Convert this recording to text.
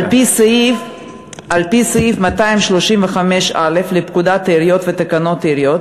על-פי סעיף 235א לפקודת העיריות ועל-פי תקנות העיריות